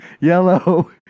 yellow